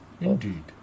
Indeed